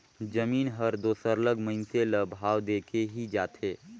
जमीन हर दो सरलग मइनसे ल भाव देके ही जाथे